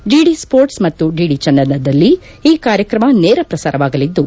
DD ಸ್ನೋರ್ಟ್ ಮತ್ತು DD ಚಂದನದಲ್ಲಿ ಈ ಕಾರ್ಯಕ್ರಮ ನೇರಪ್ರಸಾರವಾಗಲಿದ್ದು